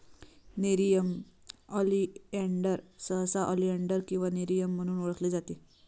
nerium oleander सहसा oleander किंवा nerium म्हणून ओळखले जाते